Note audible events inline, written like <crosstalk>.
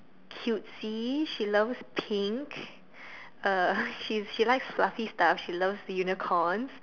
cutesy she loves pink <breath> uh she she likes fluffy stuff she loves unicorns